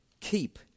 keep